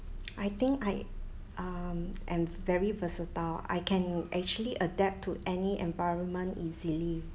I think I um am very versatile I can actually adapt to any environment easily